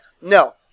no